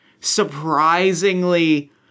surprisingly